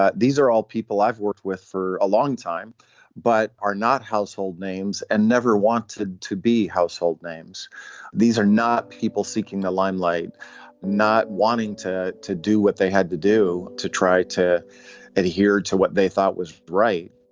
ah these are all people i've worked with for a long time but are not household names and never wanted to be household names these are not people seeking the limelight not wanting to to do what they had to do to try to adhere to what they thought was right.